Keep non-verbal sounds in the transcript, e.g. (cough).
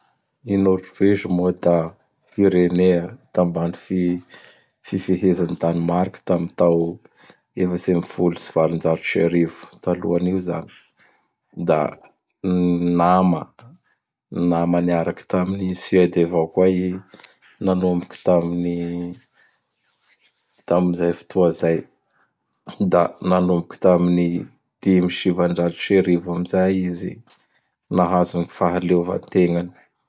(noise) I Norgezy moa da (noise) firenea tambany fi-fifezan'i Danemark tam tao efatsy amb folo sy valonjato sy arivo, taloanio zany. (noise) Da gn nama gn nama niarak tam Suède avao koa i (noise) nanomboky tamin'ny (noise) tami zay fotoa zay. Da nanomboky tamin'ny dimy sy sivanjato sy arivo amin'izay izy (noise) nahazo (noise) gny fahaleovan-tegnany.